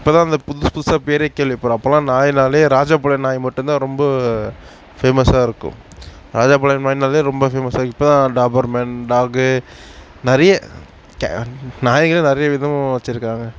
இப்போதான் அந்த புதுசு புதுசாக பேரே கேள்விப்படுறோம் அப்பெலாம் நாயினாலே ராஜபாளையம் நாய் மட்டும்தான் ரொம்ப ஃபேமஸாக இருக்கும் ராஜபாளையம் நாய்னாலே ரொம்ப ஃபேமஸாக இப்போ தான் டாபர் மேன் டாக்கு நிறைய க நாய்களே நிறைய விதம் வச்சுருக்காங்க